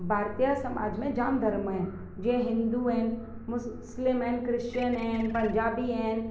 भार्तीय समाज में जाम धर्म आहिनि जीअं हिंदू आहिनि मुस्लिम आहिनि क्रिश्चन आहिनि पंजाबी आहिनि